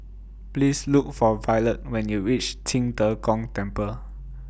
Please Look For Violet when YOU REACH Qing De Gong Temple